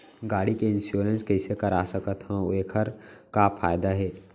गाड़ी के इन्श्योरेन्स कइसे करा सकत हवं अऊ एखर का फायदा हे?